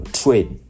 trade